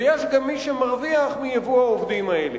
ויש גם מי שמרוויח מייבוא העובדים האלה.